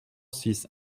six